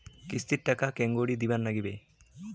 কিস্তির টাকা কেঙ্গকরি দিবার নাগীবে?